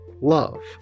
love